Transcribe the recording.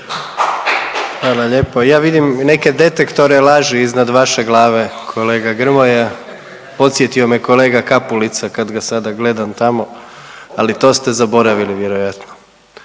Hvala lijepo. Ja vidim neke detektore laži iznad vaše glave kolega Grmoja, podsjetio me kolega Kapulica kad ga sada gledam tamo, ali to ste zaboravili vjerojatno.